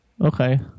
Okay